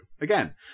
again